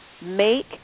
Make